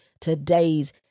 today's